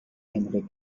henrik